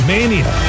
Mania